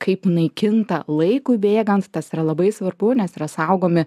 kaip jinai kinta laikui bėgant tas yra labai svarbu nes yra saugomi